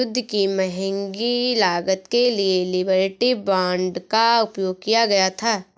युद्ध की महंगी लागत के लिए लिबर्टी बांड का उपयोग किया गया था